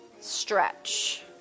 stretch